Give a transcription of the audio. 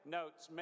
notes